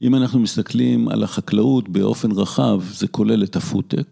אם אנחנו מסתכלים על החקלאות באופן רחב, זה כולל את הפודטק.